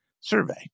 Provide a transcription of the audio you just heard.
survey